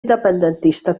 independentista